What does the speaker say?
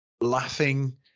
laughing